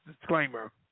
disclaimer